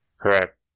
Correct